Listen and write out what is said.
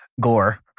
gore